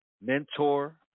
mentor